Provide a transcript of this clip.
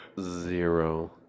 Zero